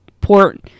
Port